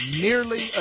nearly